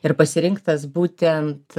ir pasirinktas būtent